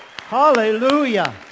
Hallelujah